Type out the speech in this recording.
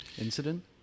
Incident